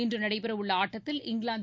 இன்று நடைபெறவுள்ள ஆட்டத்தில் இங்கிலாந்து